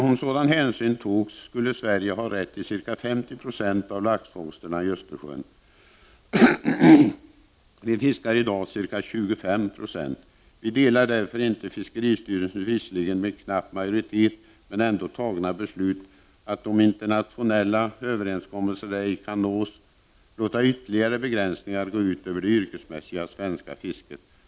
Om sådan hänsyn togs skulle Sverige ha rätt till ca 50 90 av laxfångsterna i Östersjön. Vi fiskar i dag ca 25 9. Vi delar därför inte fiskeristyrelsens — visserligen med knapp majoritet — fattade beslut att om internationella överenskommelser ej kan nås låta ytterligare begränsningar gå ut över det yrkesmässiga svenska fisket.